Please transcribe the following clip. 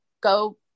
go